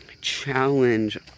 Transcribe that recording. challenge